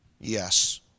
yes